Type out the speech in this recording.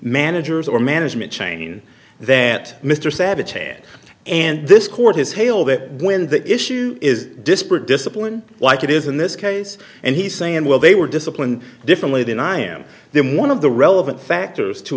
managers or management chain that mr savage and this court is hale that when the issue is disparate discipline like it is in this case and he's saying well they were disciplined differently than i am then one of the relevant factors to